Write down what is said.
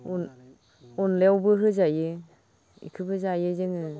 अनलायावबो होजायो बेखौबो जायो जोङो